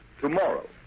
tomorrow